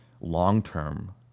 long-term